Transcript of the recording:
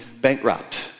bankrupt